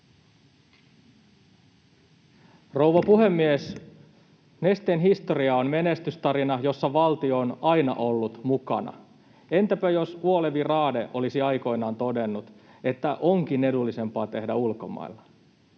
Rouva puhemies! Nesteen historia on menestystarina, jossa valtio on aina ollut mukana. Entäpä jos Uolevi Raade olisi aikoinaan todennut, että onkin edullisempaa tehdä ulkomailla?